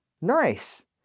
Nice